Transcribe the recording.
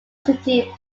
city